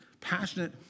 passionate